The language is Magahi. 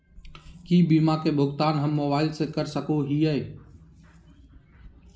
की बीमा के भुगतान हम मोबाइल से कर सको हियै?